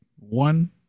One